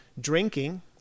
drinking